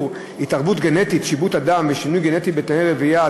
התערבות גנטית (שיבוט אדם ושינוי גנטי בתאי רבייה),